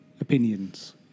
opinions